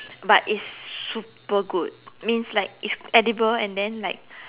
but it's super good means like it's edible and then like